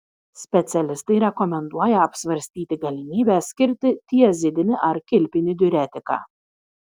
specialistai rekomenduoja apsvarstyti galimybę skirti tiazidinį ar kilpinį diuretiką